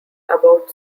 about